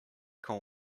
call